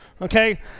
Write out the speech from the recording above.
okay